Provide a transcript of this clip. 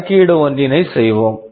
கணக்கீடு ஒன்றினை செய்வோம்